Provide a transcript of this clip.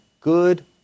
good